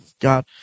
God